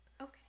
Okay